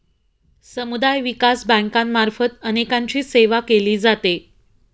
समुदाय विकास बँकांमार्फत अनेकांची सेवा केली जाते